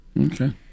Okay